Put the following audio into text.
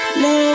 no